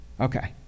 okay